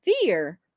fear